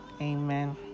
Amen